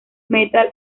metal